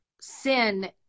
sin